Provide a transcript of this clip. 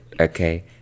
okay